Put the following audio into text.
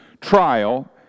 trial